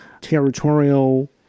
territorial